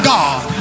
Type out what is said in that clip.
God